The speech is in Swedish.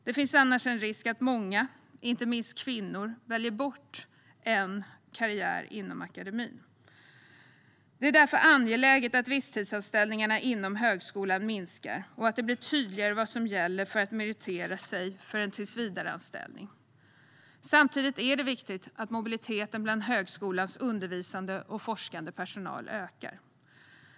Det finns annars en risk för att många, inte minst kvinnor, väljer bort en karriär inom akademin. Det är därför angeläget att visstidsanställningarna inom högskolan minskar och att det blir tydligare vad som gäller för att meritera sig för en tillsvidareanställning. Samtidigt är det viktigt att mobiliteten bland högskolans undervisande och forskande personal ökar.